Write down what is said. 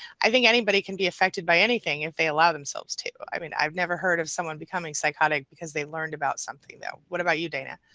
i think anybody can be affected by anything if they allow themselves to, i mean i've never heard of someone becoming psychotic because they learned about something though. what about you dana.